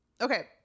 Okay